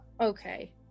Okay